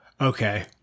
Okay